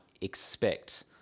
expect